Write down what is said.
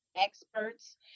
experts